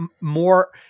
more